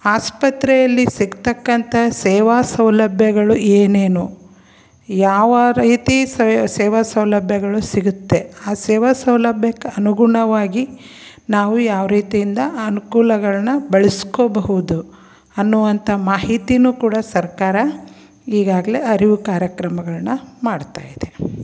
ಆಸ್ಪತ್ರೆಯಲ್ಲಿ ಸಿಗ್ತಕ್ಕಂಥ ಸೇವಾ ಸೌಲಭ್ಯಗಳು ಏನೇನು ಯಾವ ರೀತಿ ಸೇವಾ ಸೌಲಭ್ಯಗಳು ಸಿಗುತ್ತೆ ಆ ಸೇವಾ ಸೌಲಭ್ಯಕ್ಕೆ ಅನುಗುಣವಾಗಿ ನಾವು ಯಾವ ರೀತಿಯಿಂದ ಆ ಅನುಕೂಲಗಳ್ನ ಬಳಸ್ಕೋಬಹುದು ಅನ್ನುವಂಥ ಮಾಹಿತಿನೂ ಕೂಡ ಸರ್ಕಾರ ಈಗಾಗಲೆ ಅರಿವು ಕಾರ್ಯಕ್ರಮಗಳನ್ನ ಮಾಡ್ತಾಯಿದೆ